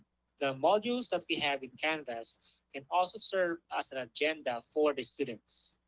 the modules that we have in canvas can also serve as an agenda for the students.